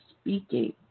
speaking